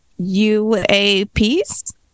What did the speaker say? UAPs